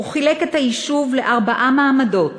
הוא חילק את היישוב לארבעה מעמדות